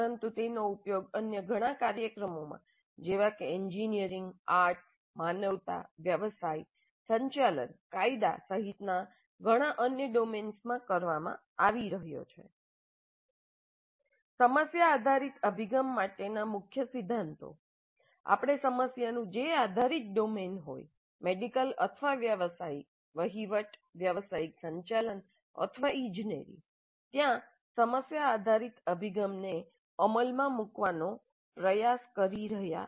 પરંતુ તેનો ઉપયોગ અન્ય ઘણા કાર્યક્રમોમાં જેવા કે એન્જિનિયરિંગ આર્ટ્સ માનવતા વ્યવસાય સંચાલન કાયદા સહિતના ઘણા અન્ય ડોમેન્સમાં કરવામાં આવી રહ્યો છે સમસ્યા આધારિત અભિગમ માટેના મુખ્ય સિદ્ધાંતો આપણે સમસ્યાનું જે આધારિત ડોમેન હોય મેડિકલ અથવા વ્યવસાયિક વહીવટ વ્યવસાયિક સંચાલન અથવા ઇજનેરી ત્યાં સમસ્યા આધારિત અભિગમ ને અમલમાં મૂકવાનો પ્રયાસ કરી રહ્યા હતા